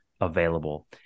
available